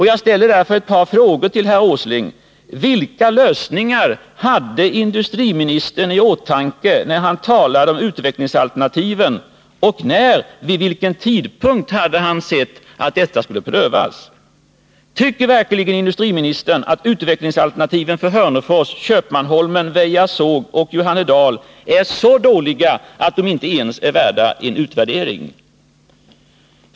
Jag ställer därför ett par frågor till herr Åsling: Vilka lösningar hade industriministern i åtanke när han talade om utvecklingsalternativen, och när — vid vilken tidpunkt — hade han sett att detta skulle prövas? Tycker verkligen industriministern att utvecklingsalternativen för Hörnefors, Köpmanholmen, Väja såg och Johannedal är så dåliga att de inte ens förtjänar att få en utvärdering?